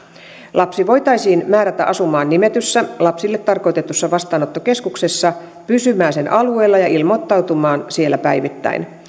lapsi voitaisiin määrätä asumaan nimetyssä lapsille tarkoitetussa vastaanottokeskuksessa pysymään sen alueella ja ilmoittautumaan siellä päivittäin